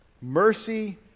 mercy